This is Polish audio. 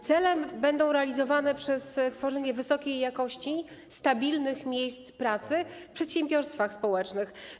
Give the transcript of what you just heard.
Cele będą realizowane przez tworzenie wysokiej jakości stabilnych miejsc pracy w przedsiębiorstwach społecznych.